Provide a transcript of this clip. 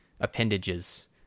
appendages